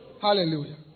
hallelujah